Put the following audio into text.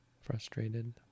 Frustrated